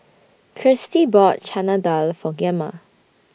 Kirstie bought Chana Dal For Gemma